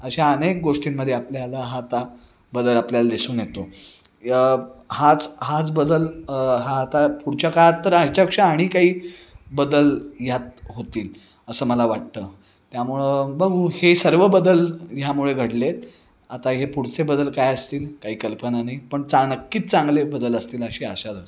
अशा अनेक गोष्टींमध्ये आपल्याला हा आता बदल आपल्याला दिसून येतो हाच हाच बदल हा आता पुढच्या काळात तर ह्याच्यापेक्षा आणि काही बदल यात होतील असं मला वाटतं त्यामुळं बघू हे सर्व बदल ह्यामुळे घडलेत आता हे पुढचे बदल काय असतील काही कल्पना नाही पण चांगी नक्कीच चांगले बदल असतील अशी आशा धरतो